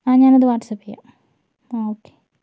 ആ ഞാൻ അത് വാട്സപ്പ് ചെയ്യാം ആ ഓക്കേ